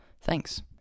Thanks